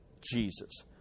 Jesus